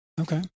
Okay